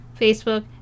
Facebook